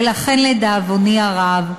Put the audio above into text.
ולכן, לדאבוני הרב,